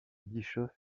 bischoff